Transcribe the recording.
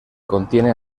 contiene